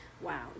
wow